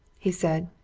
he said.